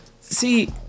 See